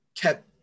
kept